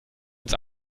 ins